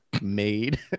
made